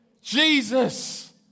Jesus